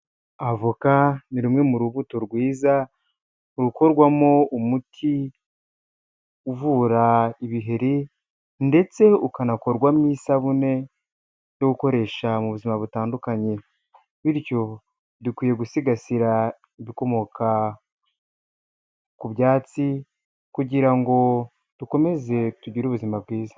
Avoka ni rumwe mu rubuto rwiza, rukorwamo umuti uvura ibiheri ndetse ukanakorwamo isabune yo gukoresha mu buzima butandukanye. Bityo dukwiye gusigasira ibikomoka ku byatsi kugira ngo dukomeze tugire ubuzima bwiza.